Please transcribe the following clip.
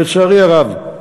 לצערי הרב.